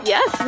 Yes